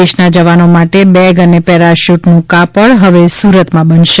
દેશના જવાનો માટે બેગ અને પેરાશુટનું કાપડ સુરતમાં બનશે